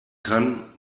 kann